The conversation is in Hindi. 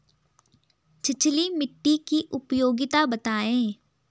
छिछली मिट्टी की उपयोगिता बतायें?